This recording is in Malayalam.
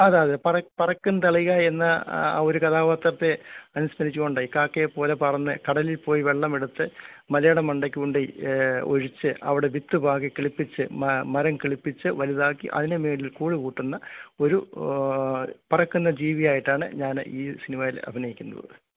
അതെയതെ പറക്കും തളികായെന്ന ആവൊരു കഥാപാത്രത്തെ അനുസ്മരിച്ച് കൊണ്ട് കാക്കയെപ്പോലെ പറന്ന് കടലീപ്പോയി വെള്ളമെടുത്ത് മലയുടെ മണ്ടേക്കൊണ്ടോയി ഒഴിച്ച് അവിടെ വിത്ത് പാകി കിളിപ്പിച്ച് മരം കിള്പ്പിച്ച് വലുതാക്കി അതിന് മേളിൽ കൂട് കൂട്ടുന്ന ഒരു പറക്കുന്ന ജീവിയായിട്ടാണ് ഞാൻ ഈ സിനിമയിൽ അഭിനയിക്കുന്നത്